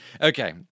Okay